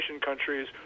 countries